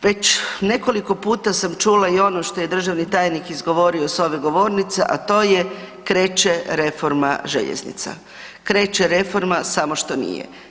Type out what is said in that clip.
Već nekoliko puta sam čula i ono što je i državni tajnik izgovorio s ove govornice, a to je kreće reforma željeznica, kreće reforma, samo što nije.